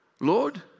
Lord